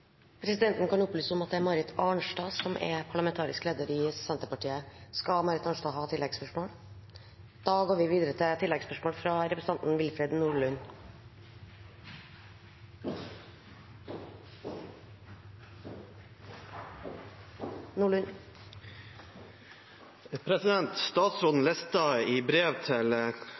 Presidenten kan opplyse om at det er Marit Arnstad som er parlamentarisk leder i Senterpartiet. Det åpnes for oppfølgingsspørsmål – først Willfred Nordlund. Statsråden listet opp i brev til